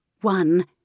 One